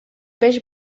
peix